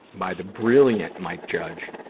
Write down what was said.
by the brilliant mike judge,